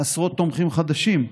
עשרות תומכים חדשים,